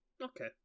Okay